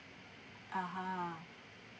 (uh huh)